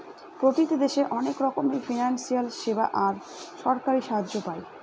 প্রতিটি দেশে অনেক রকমের ফিনান্সিয়াল সেবা আর সরকারি সাহায্য পায়